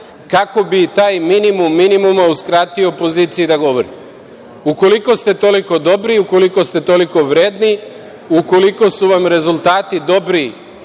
kako bi taj minimum minimuma uskratio opoziciji da govori. Ukoliko ste toliko dobri, ukoliko ste toliko vredni, ukoliko su vam rezultati dobri